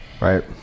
right